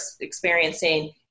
experiencing